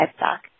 livestock